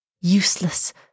Useless